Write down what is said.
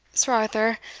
sir arthur,